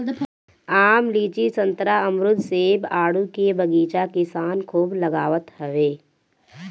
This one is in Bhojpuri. आम, लीची, संतरा, अमरुद, सेब, आडू के बगीचा किसान खूब लगावत हवे